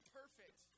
perfect